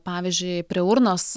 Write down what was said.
pavyzdžiui prie urnos